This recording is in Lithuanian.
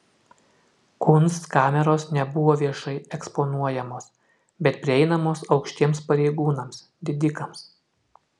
kunstkameros nebuvo viešai eksponuojamos bet prieinamos aukštiems pareigūnams didikams